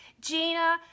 Gina